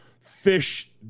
fish